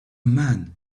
man